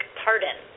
pardon